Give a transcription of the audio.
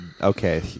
Okay